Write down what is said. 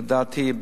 לדעתי,